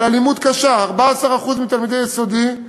על אלימות קשה, 14% מתלמידי היסודי,